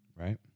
right